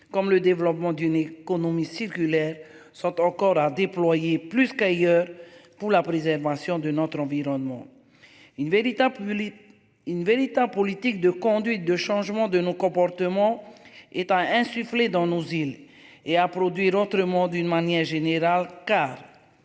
comme le développement d'une économie circulaire sont encore à déployer plus qu'ailleurs pour la pour inventions de notre environnement. Une véritable. Une véritable politique de conduite de changement de nos comportements éteint insuffler dans nos îles et à produire autrement, d'une manière générale car.